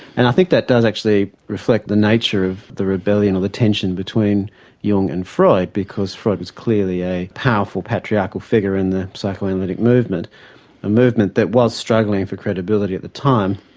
and i think that does actually reflect the nature of the rebellion or the tension between jung and freud, because freud was clearly a powerful patriarchal figure in the psychoanalytic movement a movement that was struggling for credibility at the time.